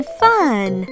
fun